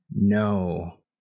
No